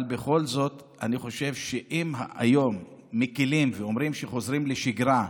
אבל בכל זאת אני חושב שאם היום מקילים ואומרים שחוזרים לשגרה,